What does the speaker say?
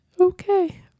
okay